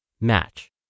match